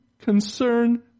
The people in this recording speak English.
concern